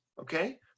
Okay